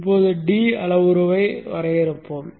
இப்போது டி அளவுருவை வரையறுப்போம்